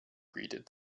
greeted